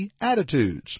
attitudes